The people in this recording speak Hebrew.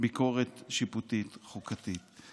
ביקורת שיפוטית חוקתית.